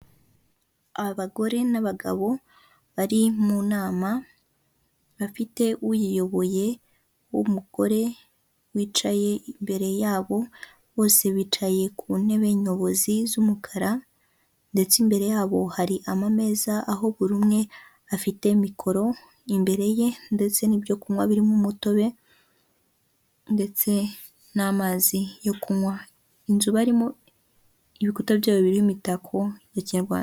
Abagore n'abagabo bari mu nama bafite uyiyoboye w'umugore wicaye imbere yabo, bose bicaye ku ntebe nyobozi z'umukara, ndetse imbere yabo hari ameza aho buri umwe afite mikoro imbere ye, ndetse n' ibyo kunywa birimo umutobe ndetse n'amazi yo kunywa, inzu barimo ibikuta byabo birimo imitako ya kinyarwanda.